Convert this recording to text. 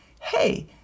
hey